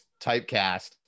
typecast